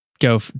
Go